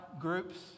groups